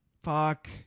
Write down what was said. Fuck